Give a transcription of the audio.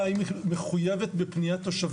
אם היא מחויבת או לא מחויבת בפניית תושבים,